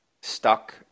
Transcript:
stuck